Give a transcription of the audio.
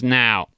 now